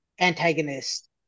antagonist